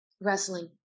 Wrestling